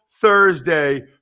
Thursday